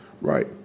right